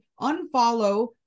Unfollow